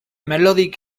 melodic